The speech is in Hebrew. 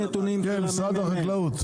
משרד החקלאות.